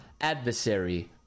adversary